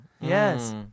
Yes